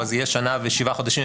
אז זה יהיה שנה ושבעה חודשים,